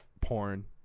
porn